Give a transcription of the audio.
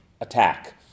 attack